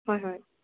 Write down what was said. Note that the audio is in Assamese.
হয় হয়